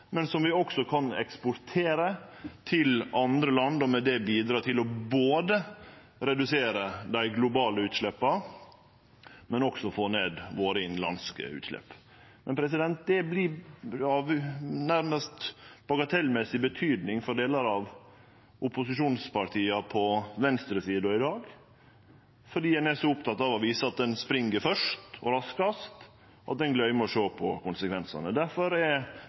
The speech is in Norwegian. eksportere til andre land, og med det bidra til både å redusere dei globale utsleppa og få ned våre innanlandske utslepp. Men det vert av nærmast bagatellmessig betyding for delar av opposisjonspartia på venstresida i dag, fordi ein er så oppteken av å vise at ein spring først og raskast, at ein gløymer å sjå på konsekvensane. Derfor er